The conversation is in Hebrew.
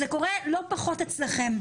זה קורה לא פחות אצלכם.